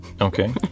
Okay